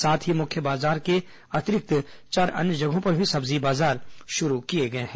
साथ ही मुख्य बाजार के अतिरिक्त चार अन्य जगहों पर भी सब्जी बाजार शुरू किए गए हैं